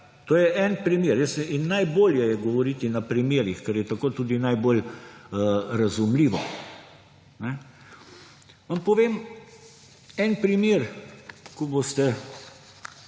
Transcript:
To je en primer. In najbolje je govoriti na primerih, ker je tako tudi najbolj razumljivo. Vam povem en primer, ko boste